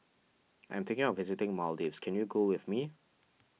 I'm thinking of visiting Maldives can you go with me